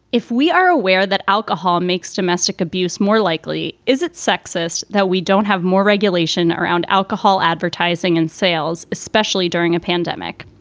if we are aware that alcohol makes domestic abuse more likely. is it sexist that we don't have more regulation around alcohol advertising and sales, especially during a pandemic?